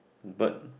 bird